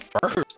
First